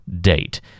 date